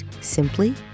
simply